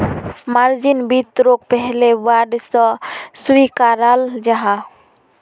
margin वित्तोक पहले bond सा स्विकाराल जाहा